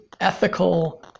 ethical